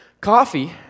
Coffee